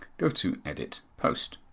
go to edit post.